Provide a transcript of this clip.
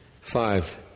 Five